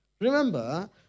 remember